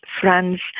friends